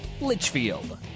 Litchfield